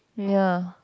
ya